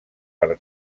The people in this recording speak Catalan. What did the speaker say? per